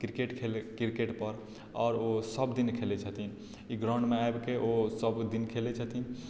cricket खेलैत क्रिकेटपर आओर ओ सभदिन खेलैत छथिन ई ग्राउंडमे आबि कऽ ओ सभदिन खेलैत छथिन